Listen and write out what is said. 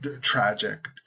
tragic